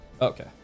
okay